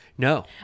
no